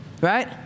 right